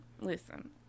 listen